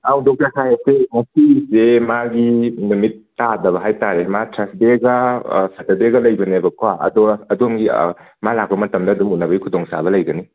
ꯑꯧ ꯗꯣꯛꯇꯔ ꯁꯥꯍꯦꯕꯁꯦ ꯉꯁꯤꯁꯦ ꯃꯥꯒꯤ ꯅꯨꯃꯤꯠ ꯇꯥꯗꯕ ꯍꯥꯏꯇꯥꯔꯦ ꯃꯥ ꯊ꯭ꯔꯁꯗꯦꯒ ꯁꯦꯇꯔꯗꯦꯒ ꯂꯩꯕꯅꯦꯕꯀꯣ ꯑꯗꯣ ꯑꯗꯣꯝꯒꯤ ꯃꯥ ꯂꯥꯛꯄ ꯃꯇꯝꯗ ꯑꯗꯨꯝ ꯎꯅꯕꯩ ꯈꯨꯗꯣꯡ ꯆꯥꯕ ꯂꯩꯒꯅꯤ